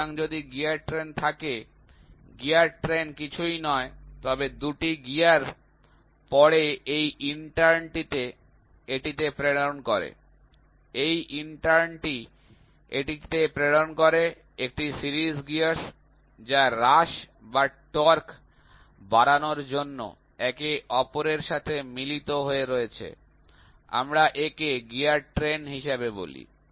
সুতরাং যদি gear train থাকে গিয়ার ট্রেন কিছুই নয় তবে ২ টি গিয়ার পরে এই ইন্টার্ন টি এটিতে প্রেরণ করে এই ইন্টার্নটি এটিতে প্রেরণ করে একটি সিরিজ গিয়ারস যা হ্রাস বা টর্ক বাড়ানোর জন্য একে অপরের সাথে মিলিত হয়ে রয়েছে আমরা একে গিয়ার ট্রেন হিসাবে বলি